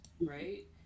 right